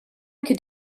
could